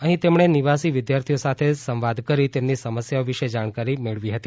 અહીં તેમણે નિવાસી વિદ્યાથીઓ સાથે સંવાદ કરી તેમની સમસ્યાઓ વિશે જાણકારી મેળવી હતી